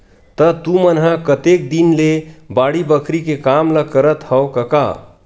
त तुमन ह कतेक दिन ले बाड़ी बखरी के काम ल करत हँव कका?